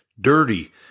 dirty